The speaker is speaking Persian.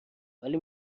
ولی